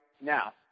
now